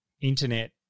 internet